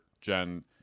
Jen